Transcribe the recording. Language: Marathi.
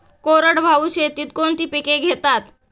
कोरडवाहू शेतीत कोणती पिके घेतात?